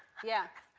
yeah.